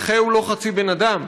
נכה הוא לא חצי בן-אדם.